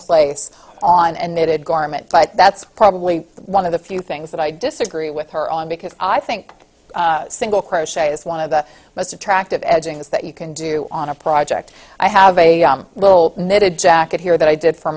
garment but that's probably one of the few things that i disagree with her on because i think single crochet is one of the most attractive edgings that you can do on a project i have a little knitted jacket here that i did for